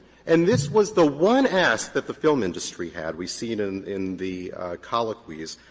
and this was the one ask that the film industry had. we see it in in the colloquies.